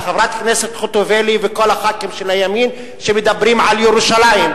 של חברת הכנסת חוטובלי וכל חברי הכנסת של הימין שמדברים על ירושלים.